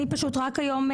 רק היום,